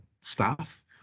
staff